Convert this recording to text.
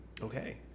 okay